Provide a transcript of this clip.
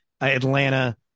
Atlanta